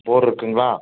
போர் இருக்குங்களா